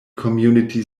community